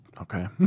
Okay